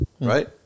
Right